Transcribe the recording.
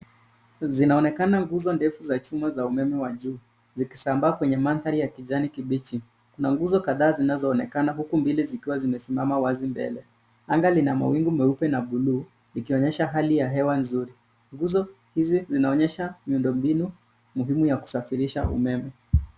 Zinaonekana nguzo ndefu za chuma za umeme wa juu zikisambaa kwenye mandhari ya kijani kibichi. Kuna nguzo kadhaa zinazoenakana uku mbili zikiwa zimesimama wazi mbele. Anga lina mawingu meupe na buluu ikionyesha hali ya hewa nzuri. Nguzo hizi zinaonyesha miundombinu muhimu ya kusafirisha umeme.